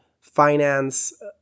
finance